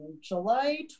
July